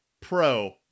Pro